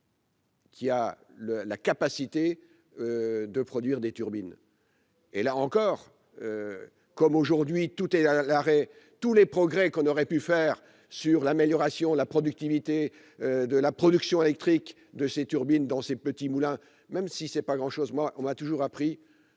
Qui a le la capacité de produire des turbines. Et là encore, comme aujourd'hui, tout est à l'arrêt tous les progrès qu'on aurait pu faire sur l'amélioration la productivité de la production électrique de ces turbines dans ses petits moulins, même si c'est pas grand chose, moi on m'a toujours appris